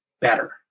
better